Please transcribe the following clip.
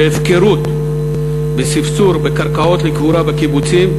ומאידך הפקרות בספסור בקרקעות לקבורה בקיבוצים,